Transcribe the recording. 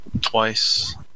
twice